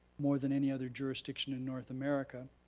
more than any other jurisdiction in north america,